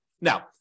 Now